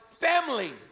family